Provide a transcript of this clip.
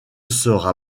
sera